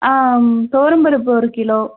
ம் துவரம்பருப்பு ஒரு கிலோ